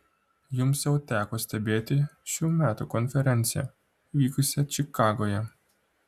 jums jau teko stebėti šių metų konferenciją vykusią čikagoje